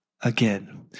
again